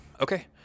okay